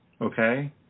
okay